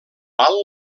val